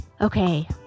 Okay